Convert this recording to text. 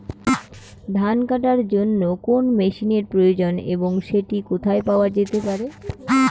ধান কাটার জন্য কোন মেশিনের প্রয়োজন এবং সেটি কোথায় পাওয়া যেতে পারে?